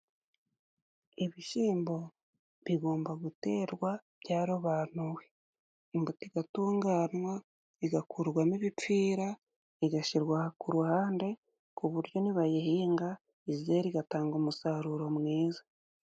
Ibishyimbo bigomba guterwa byarobanuwe. Imbuto igatunganwa, igakurwamo ibifira, igashyirwa ku ruhande, ku buryo nibayihinga izera igatanga umusaruro mwiza.